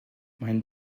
meinen